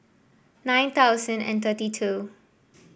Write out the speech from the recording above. nine thousand and thirty two